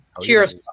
cheers